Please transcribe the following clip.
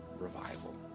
revival